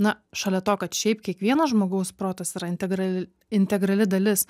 na šalia to kad šiaip kiekvienas žmogaus protas yra integra integrali dalis